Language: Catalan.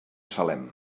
salem